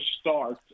start